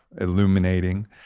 illuminating